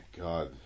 God